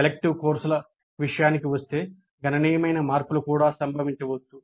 elective కోర్సుల విషయానికి వస్తే గణనీయమైన మార్పులు కూడా సంభవించవచ్చు